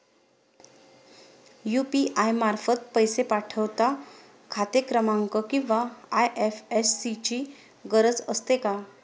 UPI मार्फत पैसे पाठवता खाते क्रमांक किंवा आय.एफ.एस.सी ची गरज असते का?